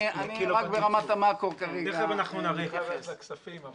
אני צריך ללכת לוועדת הכספים.